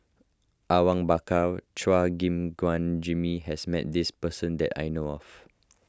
Awang Bakar Chua Gim Guan Jimmy has met this person that I know of